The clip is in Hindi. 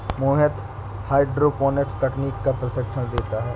मोहित हाईड्रोपोनिक्स तकनीक का प्रशिक्षण देता है